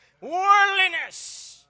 Worldliness